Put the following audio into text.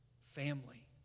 family